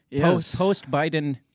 Post-Biden